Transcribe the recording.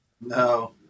No